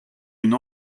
une